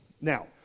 Now